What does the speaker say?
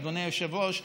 אדוני היושב-ראש,